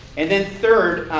and then third